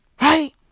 Right